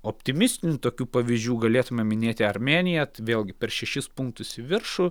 optimistinių tokių pavyzdžių galėtume minėti armėniją vėlgi per šešis punktus į viršų